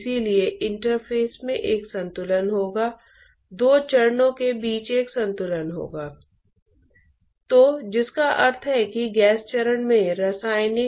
इसलिए इस पाठ्यक्रम में मोमेंटम सीमा परत के बारे में अधिक जानकारी नहीं दी जाएगी